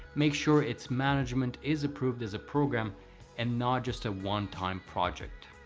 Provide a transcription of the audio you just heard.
make sure its management is approved as a program and not just a one-time project.